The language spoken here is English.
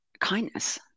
kindness